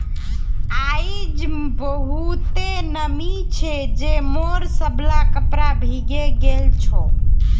आइज बहुते नमी छै जे मोर सबला कपड़ा भींगे गेल छ